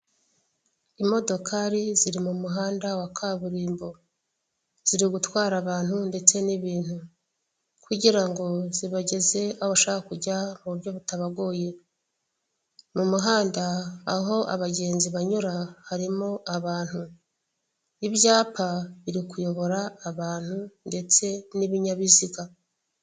Imodokari ziri mu muhanda wa kaburimbo ziri gutwara abantu ndetse n'ibintu kugira ngo zibageze ahobashaka kujya mu buryo butabagoye mu muhanda aho abagenzi banyura harimo abantu. Ibyapa biri kuyobora abantu ndetse n'ibinyabiziga.